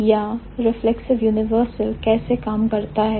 और reflexive implication यहां reflexive universal कैसे काम करता है